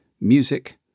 music